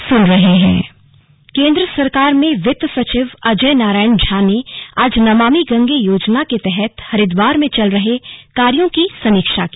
slug वित्त सचिव केंद्र सरकार में वित्त सचिव अजय नारायण झा ने आज नमामि गंगे योजना के तहत हरिद्वार में चल रहे कार्यो की समीक्षा की